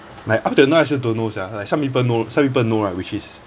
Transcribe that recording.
like up till now I still don't know sia like some people know some people know lah which is